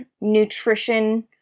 nutrition